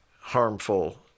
harmful